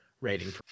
rating